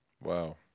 Wow